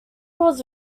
was